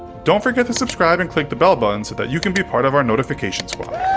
don't forget to subscribe and click the bell button so that you can be part of our notification squad.